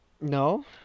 No